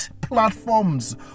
platforms